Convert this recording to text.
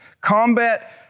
combat